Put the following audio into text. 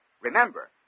Remember